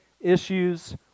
issues